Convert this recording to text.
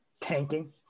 tanking